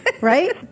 right